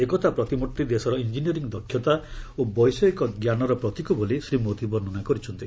ଏକତା ପ୍ରତିମୂର୍ତ୍ତି ଦେଶର ଇଞ୍ଜିନିୟରିଂ ଦକ୍ଷତା ଓ ବୈଷୟିକ ଜ୍ଞାନର ପ୍ରତୀକ ବୋଲି ଶ୍ରୀ ମୋଦି ବର୍ଷ୍ଣନା କରିଛନ୍ତି